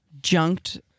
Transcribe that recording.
junked